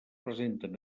presenten